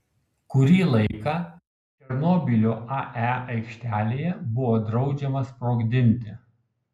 kurį laiką černobylio ae aikštelėje buvo draudžiama sprogdinti